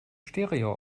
stereo